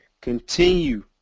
Continue